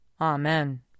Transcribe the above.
Amen